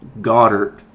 Goddard